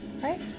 Right